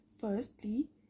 firstly